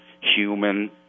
human